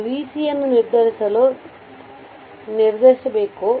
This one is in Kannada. ಇದು ವಿಸಿ ಯನ್ನು ನಿರ್ಧರಿಸಬೇಕು